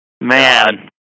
Man